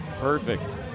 perfect